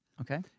Okay